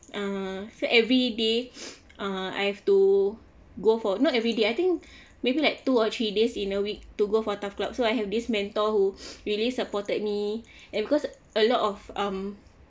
err so every day uh I have to go for not everyday I think maybe like two or three days in a week to go for TAF club so I have this mentor who really supported me and cause a lot of um